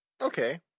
okay